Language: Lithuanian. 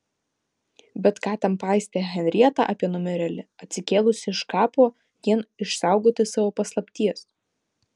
bet ką ten paistė henrieta apie numirėlį atsikėlusį iš kapo vien išsaugoti savo paslapties